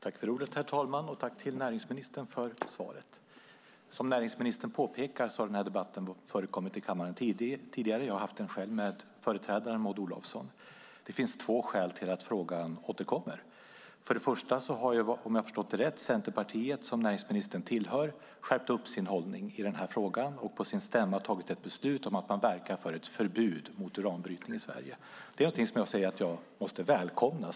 Herr talman! Jag tackar näringsministern för svaret. Som näringsministern påpekar har denna debatt förts tidigare i kammaren. Jag har själv fört debatten med näringsministerns företrädare Maud Olofsson. Det finns två skäl till att frågan återkommer. Det första är, om jag har förstått det rätt, att Centerpartiet, som näringsministern tillhör, skärpt sin hållning i denna fråga och på sin stämma tagit ett beslut om att man ska verka för ett förbud mot uranbrytning i Sverige. Det är någonting som jag som vänsterpartist måste välkomna.